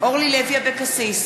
אורלי לוי אבקסיס,